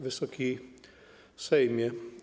Wysoki Sejmie!